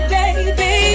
baby